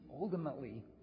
ultimately